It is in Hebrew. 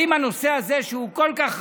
האם בנושא הזה, שהוא כל כך רגיש,